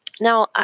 Now